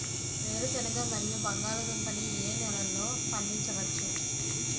వేరుసెనగ మరియు బంగాళదుంప ని ఏ నెలలో పండించ వచ్చు?